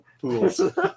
pools